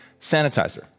sanitizer